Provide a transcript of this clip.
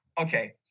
Okay